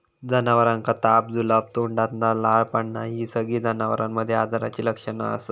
जनावरांका ताप, जुलाब, तोंडातना लाळ पडना हि सगळी जनावरांमध्ये आजाराची लक्षणा असत